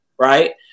Right